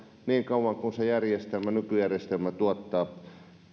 niin kauan kuin se järjestelmä nykyjärjestelmä tuottaa uuden ja